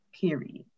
period